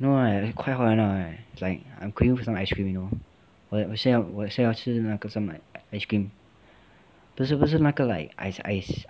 no right it's quite hot now right it's like I'm craving for some ice cream you know 我想我想要吃那个 some like ice cream 不是不是那个 ice ice